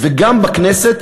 וגם בכנסת,